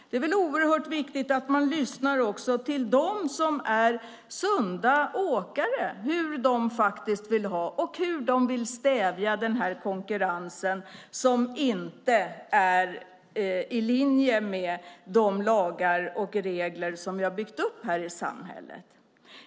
Det är väl viktigt att lyssna till dem som är sunda åkare och höra hur de vill ha det och hur de vill stävja den konkurrens som inte är i linje med de lagar och regler som vi har byggt upp i samhället.